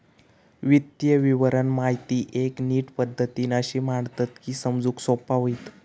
वित्तीय विवरण माहिती एक नीट पद्धतीन अशी मांडतत की समजूक सोपा होईत